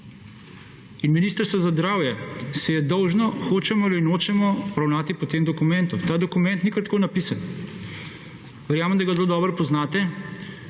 In Ministrstvo za zdravje se je dolžno hočemo ali nočemo ravnati po tem dokumentu. Ta dokument ni kar tako napisan. Verjamem, da ga zelo dobro poznate,